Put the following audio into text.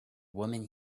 woman